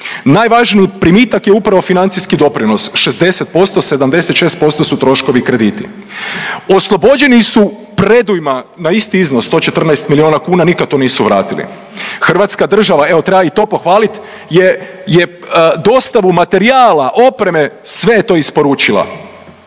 Najvažniji primitak je upravo financijski doprinos, 60%, 76% su troškovi krediti, oslobođeni su predujma na isti iznos, 114 milijuna kuna, nikad to nisu vratili. Hrvatska država evo, treba i to pohvaliti je dostavu materijala, opreme, sve je to isporučila